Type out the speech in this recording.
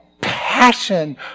passion